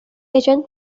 এজন